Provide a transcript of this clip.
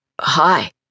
Hi